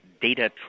data